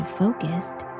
focused